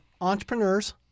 entrepreneurs